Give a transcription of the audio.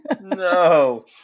no